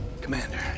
Commander